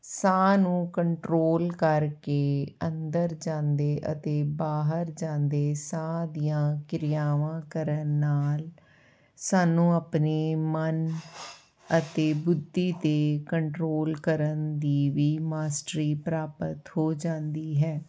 ਸਾਹ ਨੂੰ ਕੰਟਰੋਲ ਕਰਕੇ ਅੰਦਰ ਜਾਂਦੇ ਅਤੇ ਬਾਹਰ ਜਾਂਦੇ ਸਾਹ ਦੀਆਂ ਕਿਰਿਆਵਾਂ ਕਰਨ ਨਾਲ ਸਾਨੂੰ ਆਪਣੇ ਮਨ ਅਤੇ ਬੁੱਧੀ 'ਤੇ ਕੰਟਰੋਲ ਕਰਨ ਦੀ ਵੀ ਮਾਸਟਰੀ ਪ੍ਰਾਪਤ ਹੋ ਜਾਂਦੀ ਹੈ